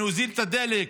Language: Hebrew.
אני אוזיל את הדלק.